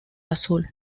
azul